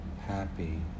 happy